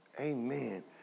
Amen